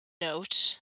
note